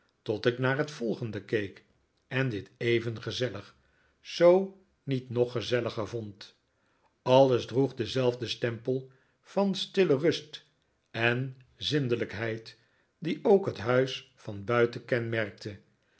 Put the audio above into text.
tot ik naar het volgende keek en dit even gezellig zoo niet nog gezelliger vond alles droeg denzelfden stempel van stille rust en zindelijkheid die ook het huis van buiten kenmerkte